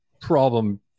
problem –